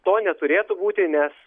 to neturėtų būti nes